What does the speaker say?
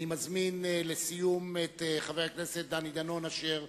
אני מזמין לסיום את חבר הכנסת דני דנון, אשר